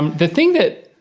the thing that,